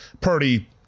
Purdy